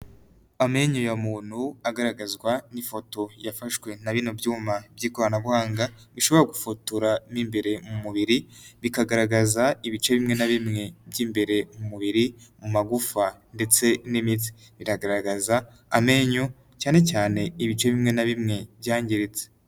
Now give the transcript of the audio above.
Amenyo ya muntu agaragazwa n'ifoto yafashwe na bino byuma by'ikoranabuhanga bishobora gufotora mo imbere mu mubiri bikagaragaza ibice bimwe na bimwe by'imbere mu mubiri, mu magufa ndetse n'imitsi, biragaragaza amenyo cyane cyane ibice bimwe na bimwe byangiritse.